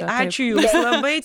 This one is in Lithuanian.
ačiū jums labai